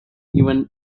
even